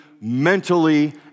mentally